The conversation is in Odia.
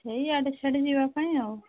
ଏଇ ଏଆଡ଼େ ସେଆଡ଼େ ଯିବା ପାଇଁ ଆଉ